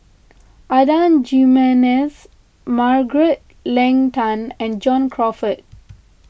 Adan Jimenez Margaret Leng Tan and John Crawfurd